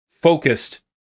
focused